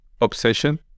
obsession